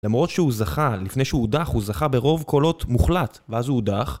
למרות שהוא זכה, לפני שהוא הודח, הוא זכה ברוב קולות מוחלט ואז הוא הודח.